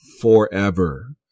forever